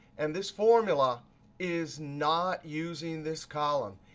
and this formula is not using this column.